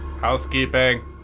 Housekeeping